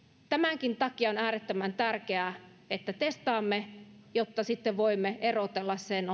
tämänkin takia on äärettömän tärkeää että testaamme jotta sitten voimme erotella sen